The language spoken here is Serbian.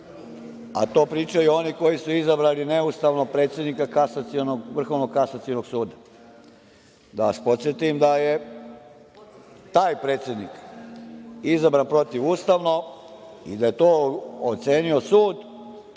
a to pričaju oni koji su izabrali neustavno predsednika Vrhovnog kasacionog suda. Da vas podsetim da je taj predsednik izabran protivustavno i da je to ocenio